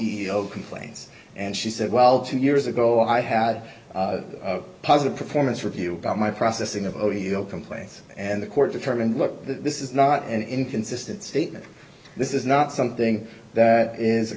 oio complaints and she said well two years ago i had positive performance review about my processing of a heel complaint and the court determined look this is not an inconsistent statement this is not something that is a